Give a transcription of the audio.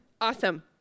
Awesome